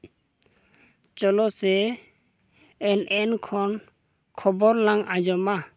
ᱪᱚᱞᱚ ᱥᱮ ᱮᱞ ᱮᱱ ᱠᱷᱚᱱ ᱠᱷᱚᱵᱚᱨ ᱞᱟᱝ ᱟᱸᱡᱚᱢᱟ